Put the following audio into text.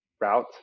Route